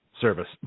service